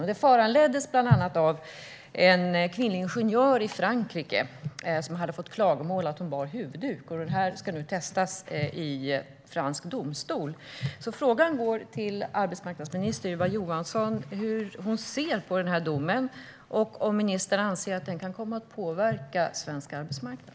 Detta föranleddes bland annat av att en kvinnlig ingenjör i Frankrike hade fått klagomål då hon bar huvudduk. Det här ska nu testas i fransk domstol. Frågan till arbetsmarknadsminister Ylva Johansson är: Hur ser hon på domen? Tror ministern att den kan komma att påverka svensk arbetsmarknad?